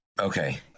Okay